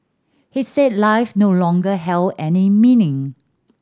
he said life no longer held any meaning